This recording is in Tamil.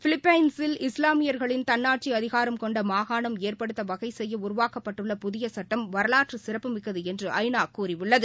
பிலிப்பைன்ஸில் இஸ்லாமியர்களின் தன்னாட்சிஅதிகாரம் கொண்டமாகாணம் ஏற்படுத்தவகைசெய்யஉருவாக்கப்பட்டுள்ள புதியசுட்டம் வரலாற்றுசிறப்புமிக்கதுஎன்று ஜ நா கூறியுள்ளது